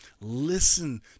Listen